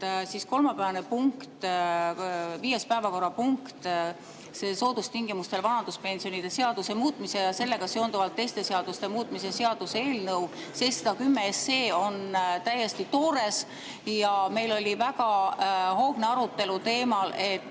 et kolmapäevase viienda päevakorrapunkti eelnõu – soodustingimustel vanaduspensionide seaduse muutmise ja sellega seonduvalt teiste seaduste muutmise seaduse eelnõu 710 – on täiesti toores. Meil oli väga hoogne arutelu teemal, et